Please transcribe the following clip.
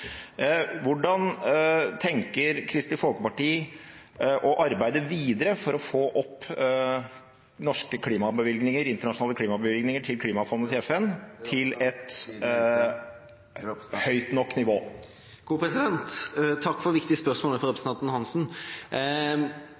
Hvordan tenker Kristelig Folkeparti å arbeide videre for å få opp norske klimabevilgninger, internasjonale klimabevilgninger, til FNs klimafond til et høyt nok nivå? Takk for et viktig spørsmål fra representanten